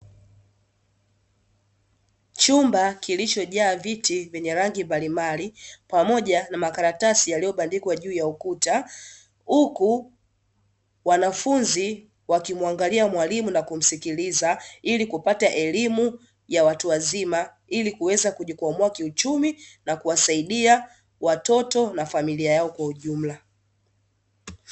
Chumba kilicho jaa viti vyenye rangi mbalimbali pamoja na makaratasi yaliyobandikwa juu ya ukuta, huku wanafunzi wakimwangalia mwalimu na kumsikiliza ili kupata elimu ya watu wazima, ili kuweza kujikwamua kiuchumi na kuwasaidia watoto na familia yao kwa ujumla.